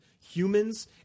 humans